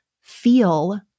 feel